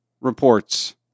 reports